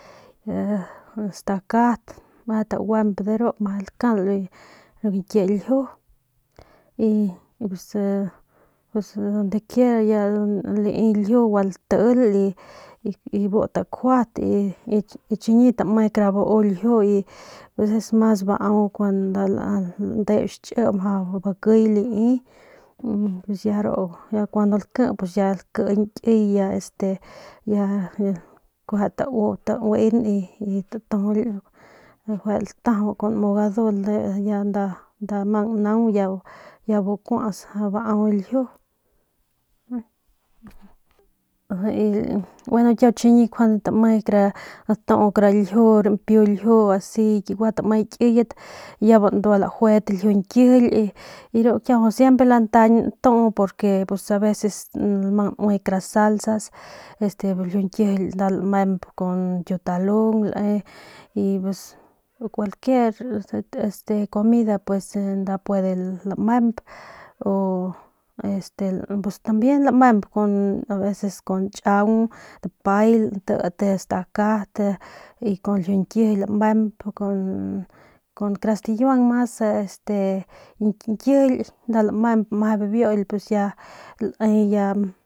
Stakat meje taguemp ru meje lakal ru ñkie ljiu bibiu pues donde quiera ya lai ljiu gualtil y bu takjuat y chiñi tame kara bau ljiu y es mas bau kun nda landes xchi mjau bakiy lai pus ya ru kuandu ya laki ya lakiñ kiy ya este ya kueje tauin y tatujuly latajau kun mu gadu ya nda mang naung ya bu kuats mjau baau gueno chiñi tame kara natu rampiu ljiu o asi gua tame kiyat ya bandua lajuet ljiu nkijily y ru siempre lantañ ltuu pues aveces lmang nui kara salsas kun ljiu nkijily lamemp kun ñkiutalung lae u qualquiera este comida este nda puede lamemp o pus tambien lamemp o aveces con tchiang dapay stakat kun ljiu ñkijily lamemp kun kara stikiuang este mas ñkijily nda lamemp meje biu pues ya.